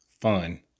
fun